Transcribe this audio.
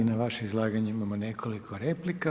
I na vaše izlaganje imamo nekoliko replika.